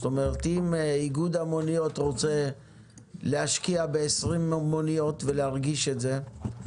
זאת אומרת אם איגוד המוניות רוצה להשקיע ב-20 מוניות ולהרגיש את זה,